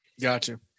gotcha